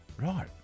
right